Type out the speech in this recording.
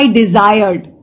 desired